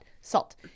salt